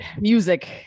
music